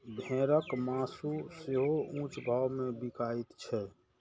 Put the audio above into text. भेड़क मासु सेहो ऊंच भाव मे बिकाइत छै